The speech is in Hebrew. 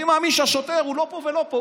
אני מאמין שהשוטר הוא לא פה ולא פה.